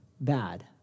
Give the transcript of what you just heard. bad